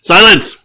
Silence